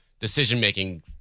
decision-making